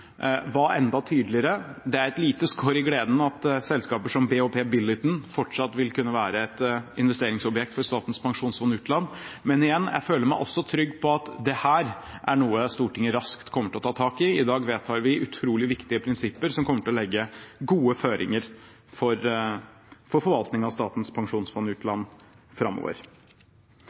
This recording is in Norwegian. var enda tydeligere. Det er et lite skår i gleden at selskaper som BHP Billiton fortsatt vil kunne være et investeringsobjekt for Statens pensjonsfond utland, men igjen: Jeg føler meg også trygg på at dette er noe Stortinget raskt kommer til å ta tak i. I dag vedtar vi utrolig viktige prinsipper, som kommer til å legge gode føringer for forvaltningen av Statens pensjonsfond